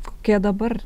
kokie dabar